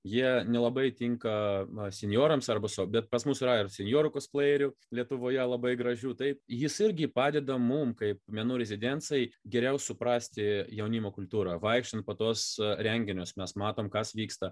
jie nelabai tinka na sinjorams arba su bet pas mus yra ir sinjorų kuskleirių lietuvoje labai gražių taip jis irgi padeda mums kaip menų rezidencijoje geriau suprasti jaunimo kultūrą vaikštant po tuos renginius mes matom kas vyksta